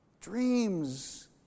dreams